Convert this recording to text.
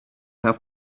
have